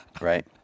Right